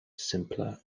simpler